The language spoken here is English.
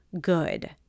good